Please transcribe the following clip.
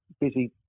busy